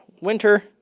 Winter